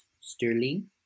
Sterling